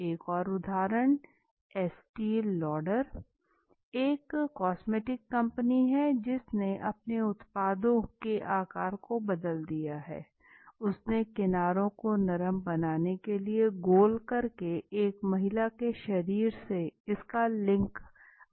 एक और उदाहरण एस्टी लॉडर एक कॉस्मेटिक कंपनी है जिसने अपने उत्पादों के आकार को बदल दिया है उसने किनारों को नरम बनाने के लिए गोल करके एक महिला के शरीर से इसका लिंक बनाया